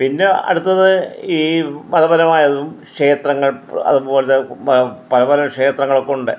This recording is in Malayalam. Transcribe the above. പിന്നെ അടുത്തത് ഈ മതപരമായതും ക്ഷേത്രങ്ങൾ അതുപോലെ പലപല ക്ഷേത്രങ്ങളൊക്കെ ഉണ്ട്